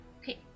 Okay